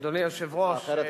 אדוני היושב-ראש,